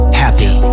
happy